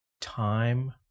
time